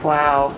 Wow